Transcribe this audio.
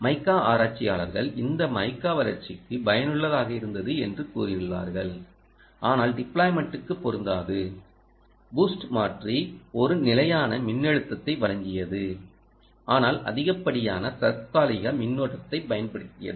மைக்கா ஆராய்ச்சியாளர்கள் இந்த மைக்கா வளர்ச்சிக்கு பயனுள்ளதாக இருந்தது என்று கூறினார்கள் ஆனால் டிப்ளாய்மென்டுக்குப் பொருந்தாது பூஸ்ட் மாற்றி ஒரு நிலையான மின்னழுத்தத்தை வழங்கியது ஆனால் அதிகப்படியான தற்காலிக மின்னோட்டத்தைப் பயன்படுத்தியது